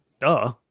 Duh